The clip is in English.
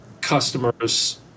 customers